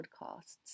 podcasts